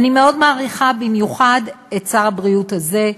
אני מאוד מעריכה במיוחד את שר הבריאות הזה,